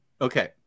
Okay